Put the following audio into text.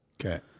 Okay